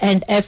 and F